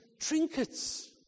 trinkets